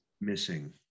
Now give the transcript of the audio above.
missing